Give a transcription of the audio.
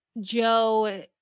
joe